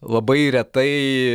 labai retai